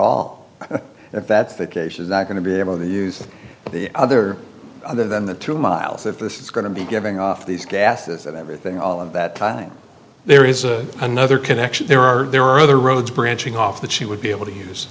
all if that's the is that going to be able to use the other other than the two miles that this is going to be giving off these gases and everything all of that there is a another connection there are there are other roads branching off that she would be able to use